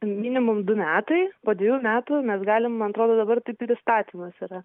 minimum du metai po dvejų metų mes galim man atrodo dabar taip ir įstatymas yra